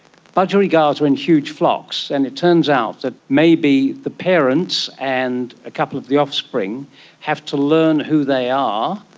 budgerigars are in huge flocks and it turns out that maybe the parents and a couple of the offspring have to learn who they are,